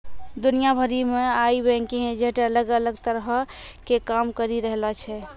दुनिया भरि मे आइ बैंकिंग एजेंट अलग अलग तरहो के काम करि रहलो छै